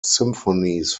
symphonies